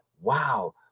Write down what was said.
wow